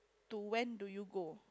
to when do you go